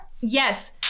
Yes